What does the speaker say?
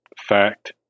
fact